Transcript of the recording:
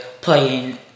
playing